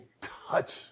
touch